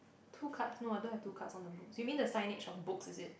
two cards no I don't have two cards on the books you mean the signage of books is it